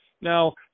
Now